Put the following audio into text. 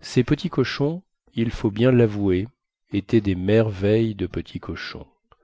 ces petits cochons il faut bien lavouer étaient des merveilles de petits cochons